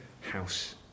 house